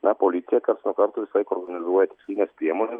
na policija karts nuo karto visąlaik organizuoja tikslines priemone